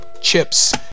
Chips